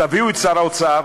תביאו את שר האוצר,